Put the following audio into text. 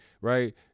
right